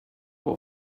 will